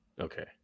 Okay